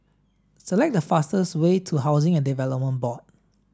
select the fastest way to Housing and Development Board